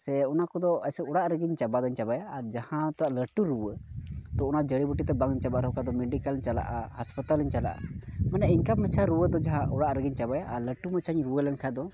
ᱥᱮ ᱚᱱᱟ ᱠᱚᱫᱚ ᱟᱪᱪᱷᱟ ᱚᱲᱟᱜ ᱨᱮᱜᱮᱧ ᱪᱟᱵᱟ ᱫᱚᱧ ᱪᱟᱵᱟᱭᱟ ᱟᱨ ᱡᱟᱦᱟᱸ ᱴᱟᱜ ᱞᱟᱹᱴᱩ ᱨᱩᱣᱟᱹ ᱛᱚ ᱚᱱᱟ ᱡᱩᱲᱤ ᱵᱩᱴᱤᱛᱮ ᱵᱟᱝ ᱪᱟᱵᱟᱜᱼᱟ ᱚᱠᱟ ᱫᱚ ᱢᱮᱹᱰᱤᱠᱮᱞ ᱪᱟᱵᱟᱜᱼᱟ ᱦᱟᱥᱯᱟᱛᱟᱞᱤᱧ ᱪᱟᱞᱟᱜᱼᱟ ᱢᱟᱱᱮ ᱤᱱᱠᱟᱹ ᱢᱟᱪᱷᱟ ᱨᱩᱣᱟᱹ ᱫᱚ ᱡᱟᱦᱟᱸ ᱚᱲᱟᱜ ᱨᱮᱜᱮᱧ ᱪᱟᱵᱟᱭᱟ ᱟᱨ ᱢᱟᱪᱷᱟᱧ ᱨᱩᱣᱟᱹ ᱞᱮᱱ ᱠᱷᱟᱡ ᱫᱚ